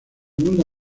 mundo